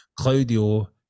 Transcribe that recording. Claudio